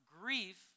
grief